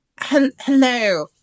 Hello